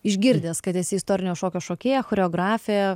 išgirdęs kad esi istorinio šokio šokėja choreografė